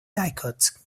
didcot